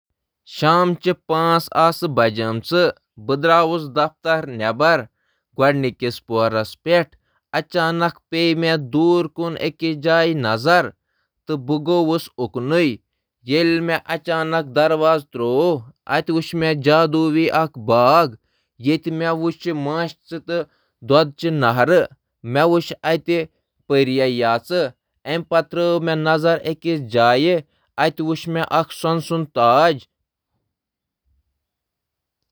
شامَس 5 بجہِ دفترَس نٮ۪برٕ کنہِ دُپہرَس واک کرنہٕ وِزِ کوٚر مےٚ شہرَس منٛز اکھ ژوٗرِتھ باغ دٔریافت۔ دروازٕ کھولنہٕ پتہٕ، مےٚ گوٚو پریڈس سۭتۍ مشابہت تھاون وول اکھ متحرک باغ وچھتھ خوشگوار حیران، یتھ منٛز آسمٲنی نباتاتٕچ اکھ صف تہٕ غٲر ملکی میوَن ہٕنٛز اکھ قسم ٲس۔ یہِ تجرُبہٕ اوس دۄشوٕے دلکش تہٕ متاثر کرن وول، یُس أکِس غٲر متوقع شہری ماحول منٛز قۄدرتٕچ خوٗبصوٗرتی ہُنٛد مُظٲہرٕ اوس کران۔